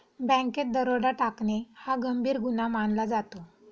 बँकेत दरोडा टाकणे हा गंभीर गुन्हा मानला जातो